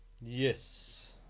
Yes